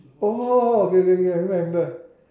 oh okay okay okay I remember I remember